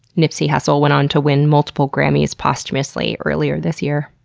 nipsey hussle went on to win multiple grammys posthumously earlier this year.